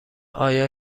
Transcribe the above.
آیا